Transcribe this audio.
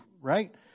right